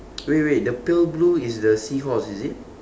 wait wait wait the pale blue is the seahorse is it